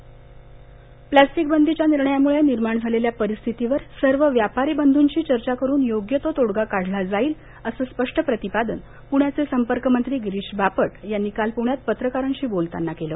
plastic plastic बंदीच्या निर्णयामुळं निर्माण झालेल्या परिस्थितीवर सर्व व्यापारी बंधूंशी चर्चा करून योग्य तो तोडगा काढला जाईल असं स्पष्ट प्रतिपादन पुण्याचे संपर्क मंत्री गिरीश बापट यांनी काल पुण्यात पत्रकारांशी बोलताना केलं